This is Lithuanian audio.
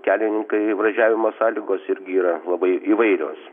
kelininkai važiavimo sąlygos irgi yra labai įvairios